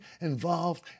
involved